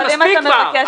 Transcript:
מספיק כבר.